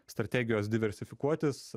strategijos diversifikuotis